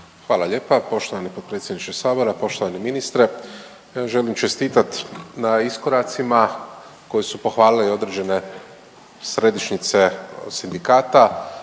Hvala lijepa poštovani potpredsjedniče sabora, poštovani ministre. Ja vam želim čestitat na iskoracima koje su pohvalile i određene središnjice od sindikata